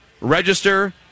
register